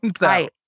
Right